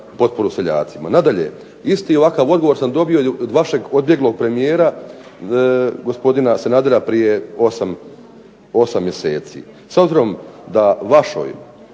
potporu seljacima. Nadalje, isti ovakav odgovor sam dobio i od vašeg odbjeglog premijera, gospodina Sanadera, prije 8 mjeseci. S obzirom da vašoj